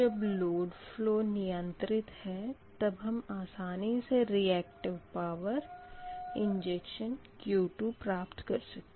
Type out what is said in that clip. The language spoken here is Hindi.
जब लोड फ़लो नियंत्रित है तब हम आसानी से रिएक्ट पावर इंजेक्शन Q2 प्राप्त कर सकते हैं